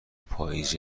پاییز